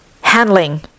handling